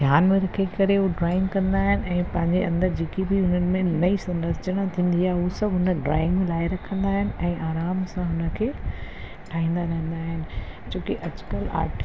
ध्यान में रखी करे हू ड्रॉइंग कंदा आहिनि ऐं पंहिंजे अंदरि जेकी बि हुननि में नई सनरचना थींदी आहे हू सभु हुन ड्रॉइंग में लाइ रखंदा आहिनि आराम सां हुन खे ठाहींदा रहंदा आहिनि छोकी अॼुकल्ह आट